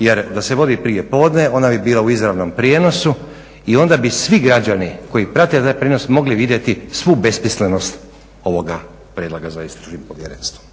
jer da se vodi prijepodne ona bi bila u izravnom prijenosu i onda bi svi građani koji prate taj prijenos mogli vidjeti svu besmislenost ovoga prijedloga za istražnim povjerenstvom.